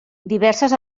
diverses